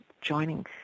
joining